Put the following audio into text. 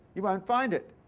you won't find it.